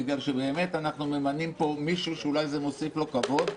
בגלל שבאמת אנחנו ממנים פה מישהו שאולי זה מוסיף לו כבוד,